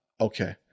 Okay